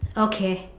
okay